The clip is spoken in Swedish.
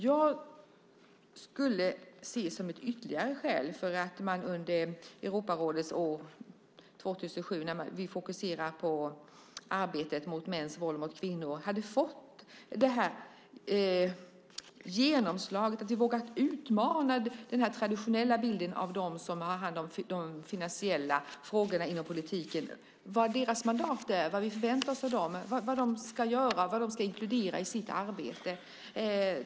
Jag hade önskat att vi, som ytterligare ett skäl, under Europarådets år 2007, då vi fokuserar på arbetet mot mäns våld mot kvinnor, hade fått ett genomslag så att vi vågat utmana den traditionella bilden av dem som har hand om de finansiella frågorna inom politiken - vad deras mandat är, vad vi förväntar oss av dem och vad de ska inkludera i sitt arbete.